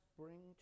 bring